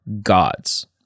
gods